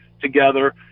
together